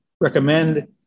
recommend